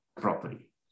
property